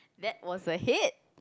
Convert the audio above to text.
that was a hit